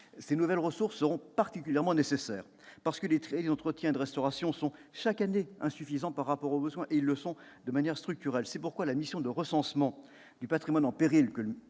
Ces nouvelles ressources seront particulièrement nécessaires, parce que les crédits d'entretien et de restauration sont, chaque année, insuffisants par rapport aux besoins, et ce de manière structurelle. La mission de recensement du patrimoine en péril, que le